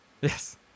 Yes